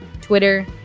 Twitter